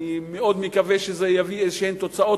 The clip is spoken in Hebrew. אני מאוד מקווה שזה יביא איזשהן תוצאות.